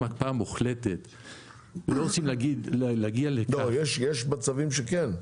יש מצבים שכן.